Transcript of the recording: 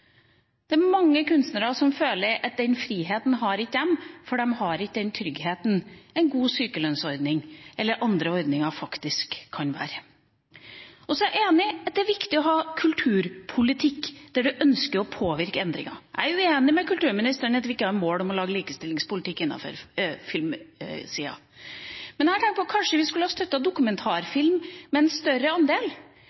Det er mange kunstnere som føler at den friheten har ikke de – de har ikke den tryggheten en god sykelønnsordning eller andre ordninger faktisk kan være. Jeg er enig i at det er viktig å ha en kulturpolitikk der man ønsker å påvirke til endringer. Jeg er uenig med kulturministeren i at vi ikke har et mål om likestillingspolitikk på filmsida, men jeg har tenkt på: Kanskje vi skulle ha